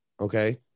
Okay